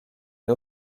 une